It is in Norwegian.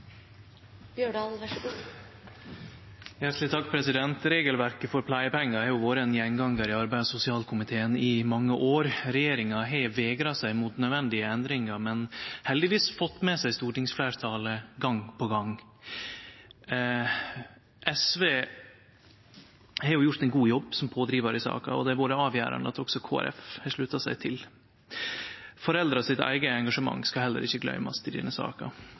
Regelverket for pleiepengar har i mange år vore ein gjengangar i arbeids- og sosialkomiteen. Regjeringa har vegra seg mot nødvendige endringar, men har heldigvis fått stortingsfleirtalet mot seg gong etter gong. SV har gjort ein god jobb som pådrivar i saka, og det har vore avgjerande at også Kristeleg Folkeparti har slutta seg til. Foreldra sitt engasjement skal heller ikkje gløymast i denne saka.